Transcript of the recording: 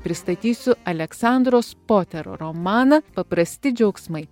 pristatysiu aleksandros poter romaną paprasti džiaugsmai